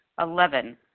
Eleven